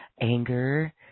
anger